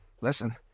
Listen